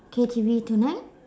K_T_V tonight